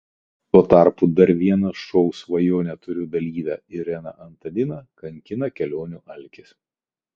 tuo tarpu dar vieną šou svajonę turiu dalyvę ireną antaniną kankina kelionių alkis